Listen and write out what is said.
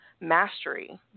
mastery